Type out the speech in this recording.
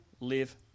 live